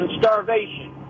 starvation